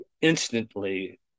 instantly